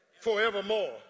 Forevermore